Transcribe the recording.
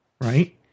right